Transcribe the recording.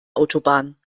autobahn